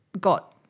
got